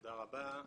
תודה רבה.